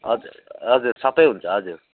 हजुर हजुर सबै हुन्छ हजुर